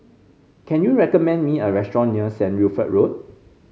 can you recommend me a restaurant near Saint Wilfred Road